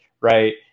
right